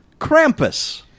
Krampus